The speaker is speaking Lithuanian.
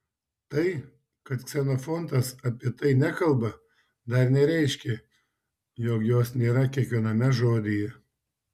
tai kad ksenofontas apie tai nekalba dar nereiškia jog jos nėra kiekviename žodyje